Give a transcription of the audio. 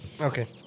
Okay